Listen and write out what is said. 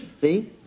see